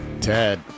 Ted